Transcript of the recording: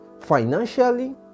financially